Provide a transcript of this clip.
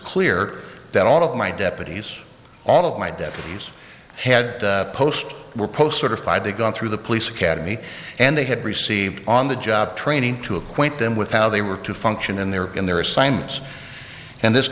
clear that all of my deputies all of my deputies had post were post sort of fide they gone through the police academy and they had received on the job training to acquaint them with how they were to function in their in their assignments and this